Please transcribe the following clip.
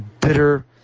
bitter